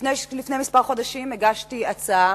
לפני כמה חודשים הגשתי הצעה